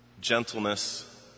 gentleness